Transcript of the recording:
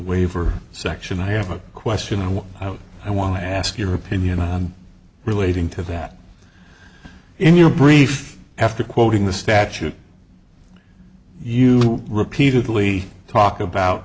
waiver section i have a question what i want to ask your opinion relating to that in your brief after quoting the statute you repeatedly talk about